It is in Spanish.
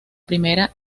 primera